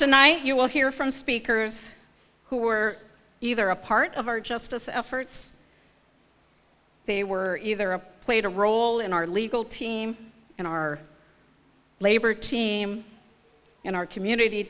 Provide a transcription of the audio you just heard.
tonight you will hear from speakers who were either a part of our justice efforts they were either a played a role in our legal team and our labor team in our community